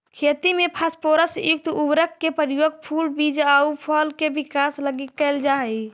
खेती में फास्फोरस युक्त उर्वरक के प्रयोग फूल, बीज आउ फल के विकास लगी कैल जा हइ